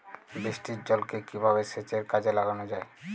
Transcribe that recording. বৃষ্টির জলকে কিভাবে সেচের কাজে লাগানো য়ায়?